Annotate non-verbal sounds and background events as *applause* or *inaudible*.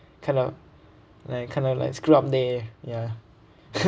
kind of like kind of like screw up there ya *laughs*